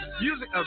music